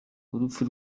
urupfu